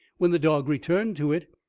when the dog returned to it,